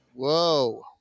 Whoa